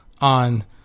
on